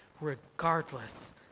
regardless